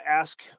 Ask